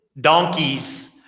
donkeys